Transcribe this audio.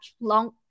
long